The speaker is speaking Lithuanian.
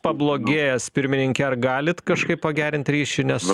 pablogėjęs pirmininke ar galite kažkaip pagerint ryšį nes